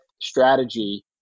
strategy